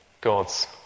God's